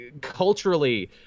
culturally